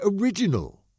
original